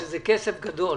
שזה כסף גדול,